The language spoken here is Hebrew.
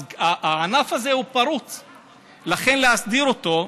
אז הענף הזה הוא פרוץ, לכן, להסדיר אותו.